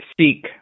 seek